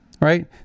right